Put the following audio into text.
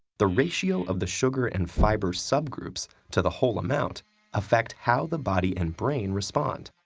the ratio of the sugar and fiber subgroups to the whole amount affect how the body and brain respond.